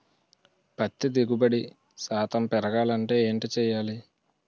పత్తి దిగుబడి శాతం పెరగాలంటే ఏంటి చేయాలి?